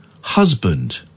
husband